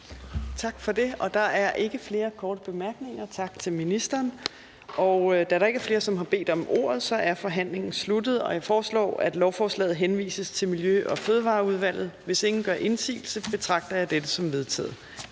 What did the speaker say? Tak for det. Der er ikke flere korte bemærkninger. Tak til ministeren. Da der ikke er flere, som har bedt om ordet, er forhandlingen sluttet. Jeg foreslår, at lovforslaget henvises til Miljø- og Fødevareudvalget. Hvis ingen gør indsigelse, betragter jeg dette som vedtaget.